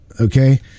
okay